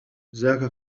ذاك